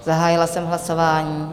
Zahájila jsem hlasování.